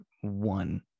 one